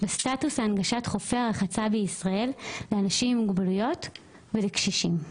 בסטטוס הנגשת חופי הרחצה בישראל לאנשים עם מוגבלויות ולקשישים.